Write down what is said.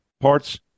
parts